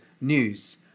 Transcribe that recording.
news